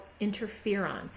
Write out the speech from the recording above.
interferon